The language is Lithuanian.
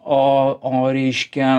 o o reiškia